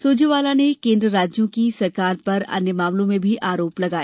सुरजेवाला ने केन्द्र राज्यों की सरकार पर अन्य मसलों को लेकर भी आरोप लगाया